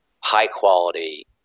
high-quality